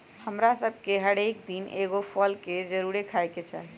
हमरा सभके हरेक दिन एगो फल के जरुरे खाय के चाही